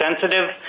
sensitive